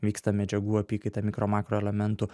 vyksta medžiagų apykaita mikro makro elementų